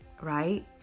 right